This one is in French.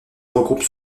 regroupe